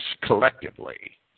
collectively